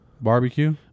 Barbecue